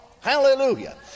Hallelujah